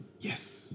Yes